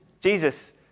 Jesus